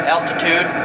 Altitude